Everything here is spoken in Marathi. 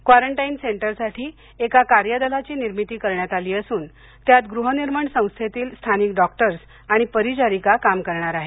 क्वारंटाईन सेंटरसाठी एका कार्यदलाची निर्मिती करण्यात आली असून त्यात गृहनिर्माण संस्थेतील स्थानिक डॉक्टर्स आणि परिचारिका काम करणार आहेत